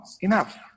enough